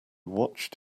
watched